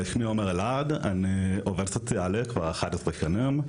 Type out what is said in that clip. שמי עומר אלעד, אני עובד סוציאלי כבר 11 שנים.